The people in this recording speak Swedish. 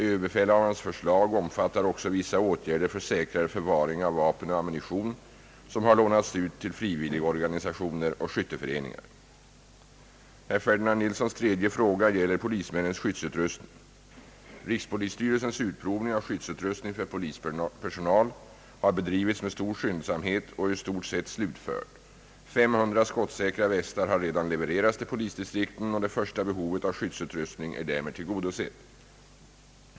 Överbefälhavarens förslag omfattar också vissa åtgärder för säkrare förvaring av vapen och ammunition som har lånats ut till frivilligorganisationer och skytteföreningar. 3. Polismännens — skyddsutrustning. Rikspolisstyrelsens utprovning av skyddsutrustning för polispersonal har bedrivits med stor skyndsamhet och är i stort sett slutförd. 500 skottsäkra västar har redan levererats till polisdistrikten och det första behovet av skyddsutrustning är därmed tillgodosett.